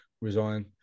resign